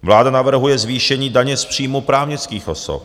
Vláda navrhuje zvýšení daně z příjmů právnických osob.